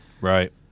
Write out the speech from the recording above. Right